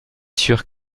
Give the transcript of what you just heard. sûr